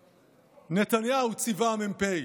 נתניהו, ציווה המ"פ,